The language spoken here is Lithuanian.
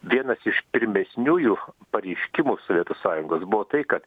vienas iš pirmesniųjų pareiškimų sovietų sąjungos buvo tai kad